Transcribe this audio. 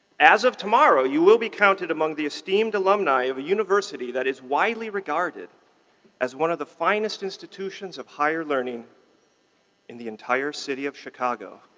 as of tomorrow you will be counted among the esteemed alumni of a university that is widely regarded as one of the finest institutions of higher learning in the entire city of chicago.